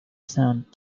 sound